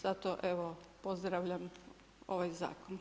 Zato, evo pozdravljam ovaj zakon.